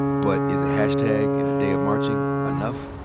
but is a hashtag and a day of marching enough?